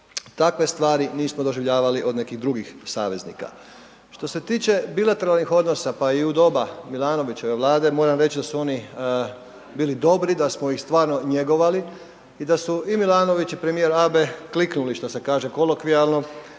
Takve stvari nismo doživljavali od nekih drugih saveznika. Što se tiče bilateralnih odnosa pa i u doba Milanovićeve Vlade moram reći da su oni bili dobri, da smo ih stvarno njegovali i da su i Milanović i premijer Abe kliknuli što se kaže kolokvijalno